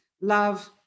love